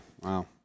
wow